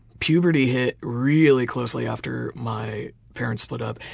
puberty hit really closely after my parents split up.